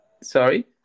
sorry